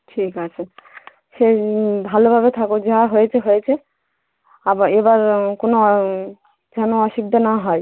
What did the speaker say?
ঠিক আছে সে ভালোভাবে থাকো যা হয়েছে হয়েছে আবা এবার কোনো যেন অসুবিধা না হয়